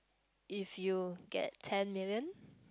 if you get ten million